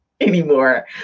anymore